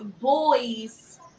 boys